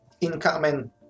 incoming